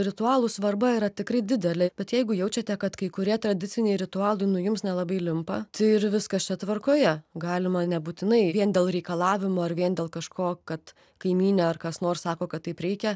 ritualų svarba yra tikrai didelė bet jeigu jaučiate kad kai kurie tradiciniai ritualai nu jums nelabai limpa tai ir viskas čia tvarkoje galima nebūtinai vien dėl reikalavimo ar vien dėl kažko kad kaimynė ar kas nors sako kad taip reikia